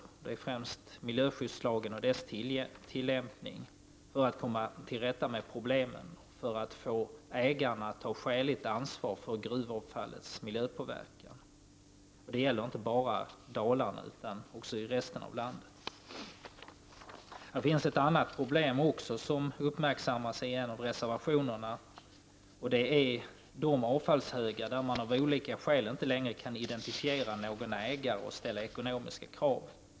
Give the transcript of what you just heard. Det gäller främst miljöskyddslagen och dess tillämpning för att man skall komma till rätta med problemen och få ägarna att ta ett skäligt ansvar för gruvavfallets miljöpåverkan. Det gäller inte bara i Dalarna utan också i resten av landet. Det finns även ett annat problem som uppmärksammas i en av reservationerna, och det gäller de avfallshögar, vilkas ägare man av olika skäl inte längre kan identifiera och ställa ekonomiska krav på.